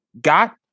got